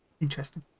Interesting